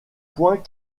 point